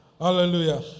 Hallelujah